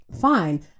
fine